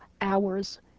hours